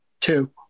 Two